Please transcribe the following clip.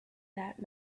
that